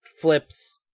Flip's